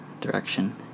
direction